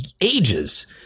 ages